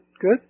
Good